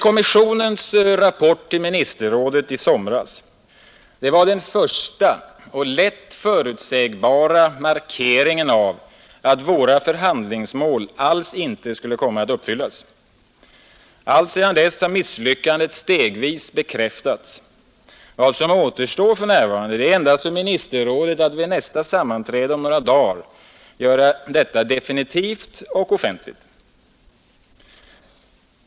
Kommissionens rapport till ministerrådet i somras var den första och lätt förutsägbara markeringen av att våra förhandlingsmål alls inte skulle komma att uppfyllas. Alltsedan dess har misslyckandet stegvis bekräftats. Vad som återstår för närvarande är endast för ministerrådet att vid nästa sammanträde om några dagar göra detta definitivt och offentligt.